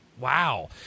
wow